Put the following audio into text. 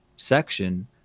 Section